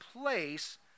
place